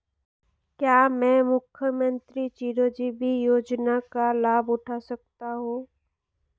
क्या मैं मुख्यमंत्री चिरंजीवी योजना का लाभ उठा सकता हूं?